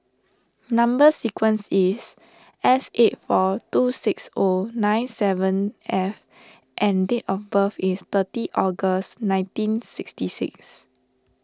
Number Sequence is S eight four two six O nine seven F and date of birth is thirtieth August nineteen sixty six